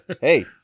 hey